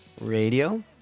radio